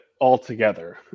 altogether